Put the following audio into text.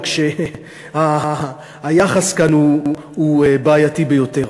רק שהיחס כאן הוא בעייתי ביותר.